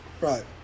Right